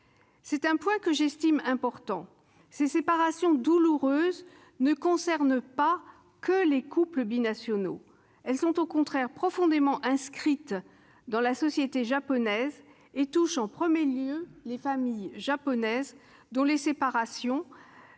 C'est un point que j'estime important : ces séparations douloureuses ne concernent pas seulement les couples binationaux ; elles sont au contraire profondément inscrites dans la société japonaise et touchent en premier lieu les familles japonaises, dont les séparations,